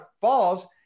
falls